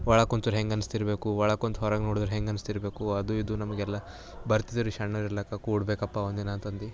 ಒಳಗೆ ಕೂತರೆ ಹೆಂಗೆ ಅನಿಸ್ತಿರ್ಬೇಕು ಒಳಗೆ ಕೂತು ಹೊರಗೆ ನೋಡಿದ್ರೆ ಹೆಂಗೆ ಅನಿಸ್ತಿರ್ಬೇಕು ಅದು ಇದು ನಮಗೆಲ್ಲ ಬರ್ತಿದರೀ ಸಣ್ಣೋರು ಇರಲಿಕ್ಕೆ ಕೂಡಬೇಕಪ್ಪ ಒಂದಿನ ಅಂತಂದು